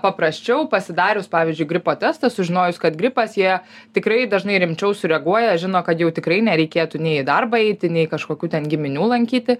paprasčiau pasidarius pavyzdžiui gripo testą sužinojus kad gripas jie tikrai dažnai rimčiau sureaguoja žino kad jau tikrai nereikėtų nei į darbą eiti nei kažkokių ten giminių lankyti